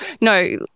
No